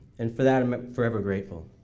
and for that i'm forever grateful.